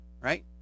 right